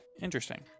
Interesting